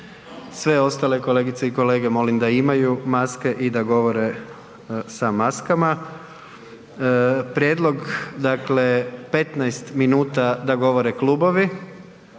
sve ostale kolegice i kolege molim da imaju maske i da govore sa maskama. Prijedlog dakle, 15 minuta da govore klubovi,